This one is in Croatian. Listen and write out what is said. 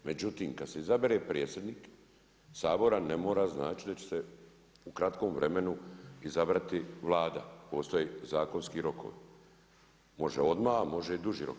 Međutim, kada se izabere predsjednik Sabora ne mora značiti da će se u kratkom vremenu izabrati Vlada, postoje zakonski rokovi, može odmah a može i duži rok.